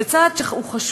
זה צעד חשוב,